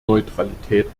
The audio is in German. neutralität